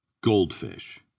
Goldfish